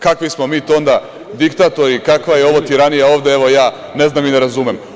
Kakvi smo mi to onda diktatori i kakva je ovo tiranija ovde, ja ne znam i ne razumem?